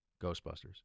ghostbusters